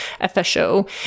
official